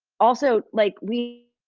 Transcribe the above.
also like we